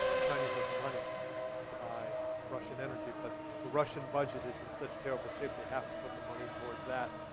the chinese have money to buy russian energy. but the russian budget is in such terrible shape, they have to put the money towards that.